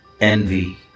envy